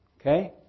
Okay